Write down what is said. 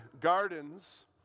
gardens